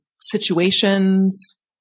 situations